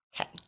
Okay